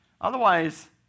Otherwise